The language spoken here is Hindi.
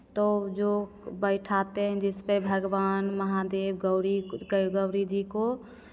तो जो बैठाते हैं जिसपे भगवान महादेव गौरी गौरी जी को